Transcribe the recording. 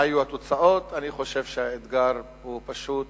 מה היו התוצאות, אני חושב שהאתגר הוא פשוט